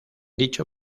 dicho